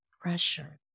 pressure